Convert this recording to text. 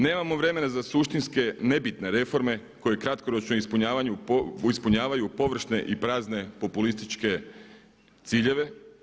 Nemamo vremena za suštinske reforme koje kratkoročno ispunjavaju površne i prazne populističke ciljeve.